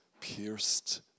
pierced